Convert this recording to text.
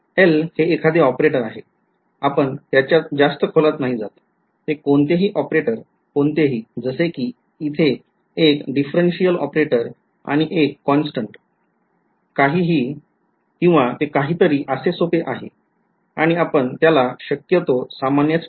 L हे एखादे operator आहे आपण त्याच्या जास्त खोलात नाही जात ते कोणतेही ऑपरेटर कोणतेही जसे कि इथे एक differential ऑपरेटर आणि एक कॉन्स्टन्ट काहीही किंवा ते काहीतरी असे सोपे आहे आणि आपण त्याला शक्यतो सामान्यच ठेऊ